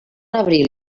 abril